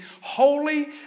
holy